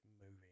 movie